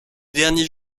derniers